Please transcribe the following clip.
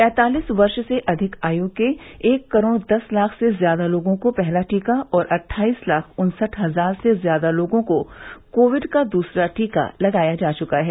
पैंतालीस वर्ष से अधिक आयु के एक करोड़ दस लाख से ज्यादा लोगों को पहला टीका और अट्ठाईस लाख उन्सठ हजार से ज्यादा लोगों को कोविड का दूसरा टीका लगाया जा चुका है